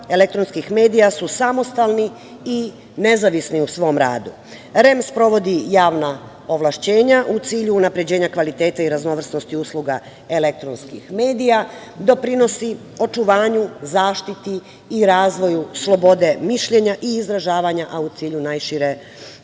elektronskih medija su samostalni i nezavisni u svom radu. Regulatorno telo za elektronske medije sprovodi javna ovlašćenja u cilju unapređenja kvaliteta i raznovrsnosti usluga elektronskih medija, doprinosi očuvanju, zaštiti i razvoju slobode mišljenja i izražavanja, a u cilju najšire